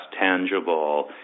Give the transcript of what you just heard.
tangible